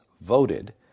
voted